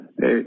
Hey